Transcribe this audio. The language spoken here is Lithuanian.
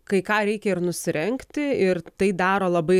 kai ką reikia ir nusirengti ir tai daro labai